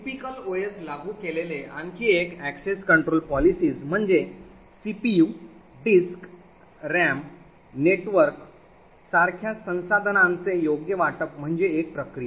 typical OS लागू केलेले आणखी एक access control policies म्हणजे सीपीयू डिस्क रॅम आणि network CPU disk RAM network सारख्या संसाधनांचे योग्य वाटप म्हणजे एक प्रक्रिया